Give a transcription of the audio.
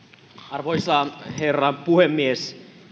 arvoisa herra puhemies